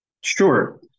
Sure